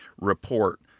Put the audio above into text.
report